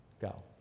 go